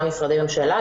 גם משרדי ממשלה,